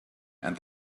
and